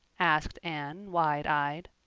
asked anne wide-eyed.